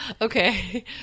okay